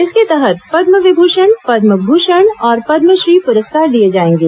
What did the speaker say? इसके तहत पदम विभूषण पद्म भूषण और पद्मश्री पुरस्कार दिए जाएंगे